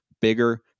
bigger